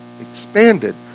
expanded